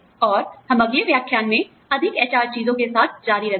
और हम अगले व्याख्यान में अधिक HR चीजों के साथ जारी रखेंगे